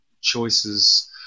choices